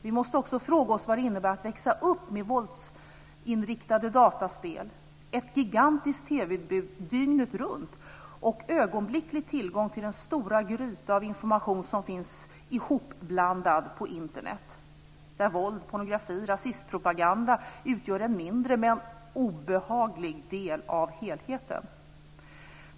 Vi måste också fråga oss vad det innebär att växa upp med våldsinriktade dataspel, ett gigantiskt TV-utbud dygnet runt och ögonblicklig tillgång till den stora gryta av information som finns hopblandad på Internet, där våld, pornografi, rasistpropaganda utgör en mindre men obehaglig del av helheten.